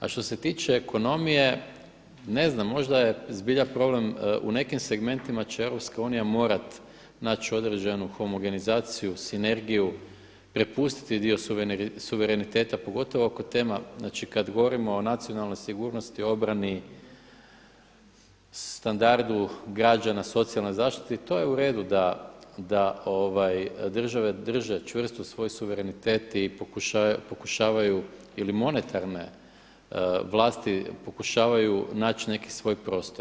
A što se tiče ekonomije, ne znam, možda je zbilja problem u nekim segmentima će EU morati naći određenu homogenizaciju, sinergiju, prepustiti dio suvereniteta pogotovo oko tema, znači kada govorimo o nacionalnoj sigurnosti, obrani, standardu građana, socijalnoj zaštiti, to je uredu da države drže čvrsto svoj suverenitet i pokušavaju ili monetarne vlasti pokušavaju naći neki svoj prostor.